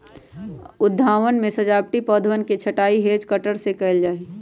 उद्यानवन में सजावटी पौधवन के छँटाई हैज कटर से कइल जाहई